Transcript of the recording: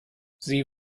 sie